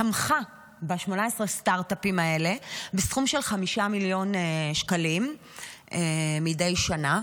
תמכה ב-18 הסטרטאפים האלה בסכום של 5 מיליון שקלים מדי שנה,